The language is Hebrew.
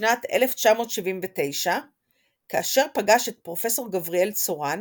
בשנת 1979 כאשר פגש את פרופ' גבריאל צורן